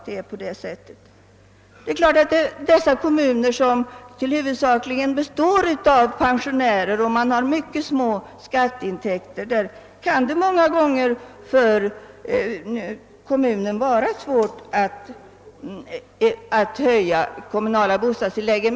Det är klart att för dessa kommuner, som till huvudsaklig del består av pensionärer och har mycket små skatteintäkter, kan det många gånger vara svårt att höja de kommunala bostadstilläggen.